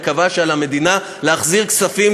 הוא קבע שעל המדינה להחזיר כספים